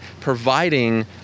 providing